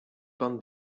pan